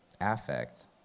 affect